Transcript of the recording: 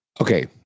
Okay